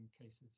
cases